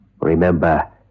Remember